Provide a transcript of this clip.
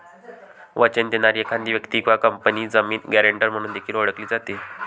वचन देणारी एखादी व्यक्ती किंवा कंपनी जामीन, गॅरेंटर म्हणून देखील ओळखली जाते